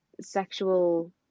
sexual